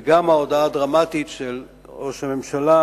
וגם ההודעה הדרמטית של ראש הממשלה